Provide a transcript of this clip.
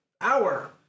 hour